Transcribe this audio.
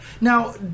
Now